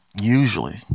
Usually